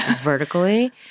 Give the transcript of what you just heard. vertically